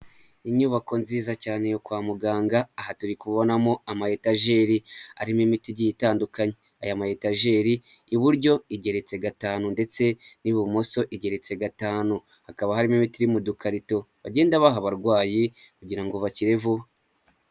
Inyubako nziza cyane kwa muganga aha turibonamo amaitajeri arimo imitigi itandukanye, aya mayitajeri iburyo igeretse gatanu ndetse n'ibumoso igeretse gatanu, hakaba harimo imiti iri mu dukarito bagenda baha abarwayi kugira ngo bakire vuba.